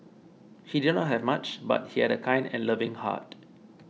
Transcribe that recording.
he did not have much but he had a kind and loving heart